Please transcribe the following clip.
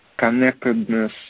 Connectedness